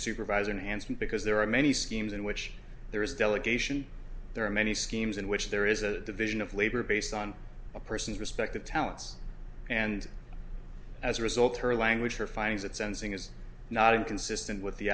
supervisor nancy because there are many schemes in which there is delegation there are many schemes in which there is a division of labor based on a person's respective talents and as a result her language her findings at sensing is not inconsistent with the